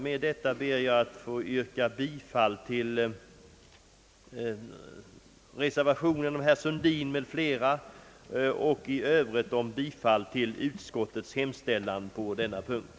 Med detta ber jag att få yrka bifall till reservationen av herr Sundin m.fl. beträffande utskottets hemställan under mom. X och i övrigt bifall till utskottets hemställan på denna punkt.